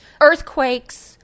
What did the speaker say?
earthquakes